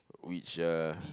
which uh